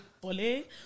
bully